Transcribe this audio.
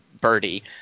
birdie